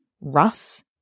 Russ